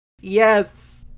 Yes